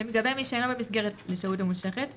לגבי מי שאינו במסגרת לשהות ממושכת,